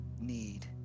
need